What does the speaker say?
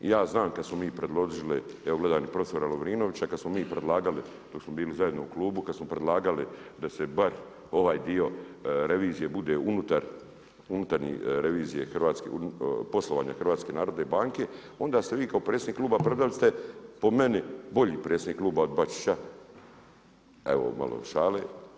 Ja znam, kad smo mi predložili, evo gledam profesora Lovrinovića, kad smo mi predlagali, dok smo bili zajedno u Klubu, kad smo predlagali, da se bar ovaj dio revizije bude unutar, unutarnji revizije Hrvatske, poslovanje HNB, onda ste vi kao predsjednik Kluba, predali ste po meni, bolji predsjednik kluba od Bačića, evo malo šale.